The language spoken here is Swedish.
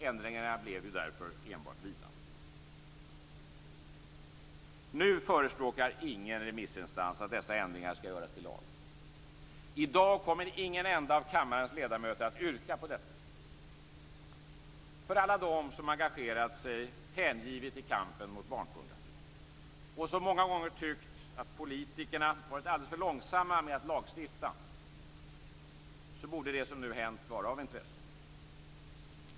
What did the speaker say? Ändringarna blev ju därför enbart vilande. Nu förespråkar ingen remissinstans att dessa ändringar skall göras till lag. I dag kommer ingen enda av kammarens ledamöter att yrka på detta. För alla dem som engagerat sig hängivet i kampen mot barnpornografi och som många gånger tyckt att politikerna varit alldeles för långsamma med att lagstifta borde det som nu hänt vara av intresse.